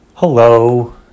Hello